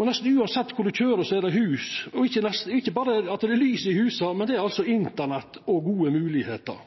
er det hus, og ikkje berre er det lys i husa, men det er internett og gode moglegheiter.